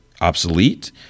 obsolete